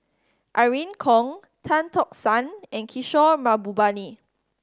Irene Khong Tan Tock San and Kishore Mahbubani